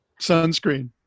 sunscreen